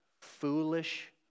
foolish